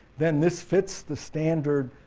then this fits the standard